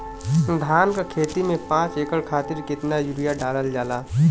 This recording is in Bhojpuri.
धान क खेती में पांच एकड़ खातिर कितना यूरिया डालल जाला?